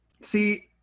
see